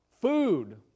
food